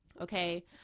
Okay